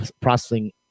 processing